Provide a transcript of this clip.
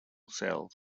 cells